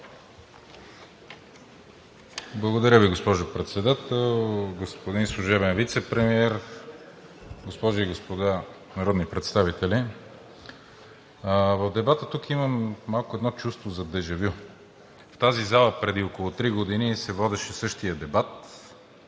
Благодаря Ви, госпожо Председател. Господин служебен Вицепремиер, госпожи и господа народни представители! В дебата имам малко едно чувство за дежавю. В тази зала преди около три години се водеше същият дебат.